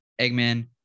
Eggman